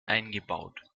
eingebaut